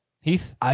Heath